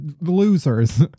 losers